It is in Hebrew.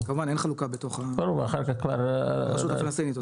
כמובן אין חלוקה בתוך, הרשות הפלסטינית עושה.